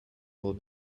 will